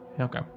Okay